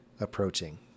approaching